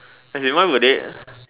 as in why would they